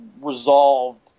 resolved